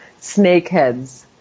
snakeheads